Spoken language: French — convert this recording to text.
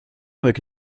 avec